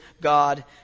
God